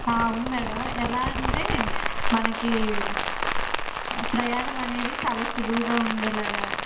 అవును మేడం ఎలా అంటే మనకి ప్రయాణం అనేది చాలా సులువుగా ఉండేలాగా